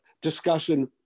discussion